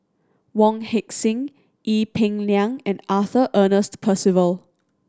Wong Heck Sing Ee Peng Liang and Arthur Ernest Percival